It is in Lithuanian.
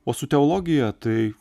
o su teologija tai